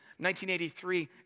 1983